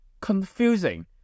confusing